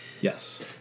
Yes